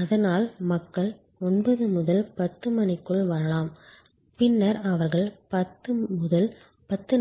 அதனால் மக்கள் 9 முதல் 10 க்குள் வரலாம் பின்னர் அவர்கள் 10 முதல் 10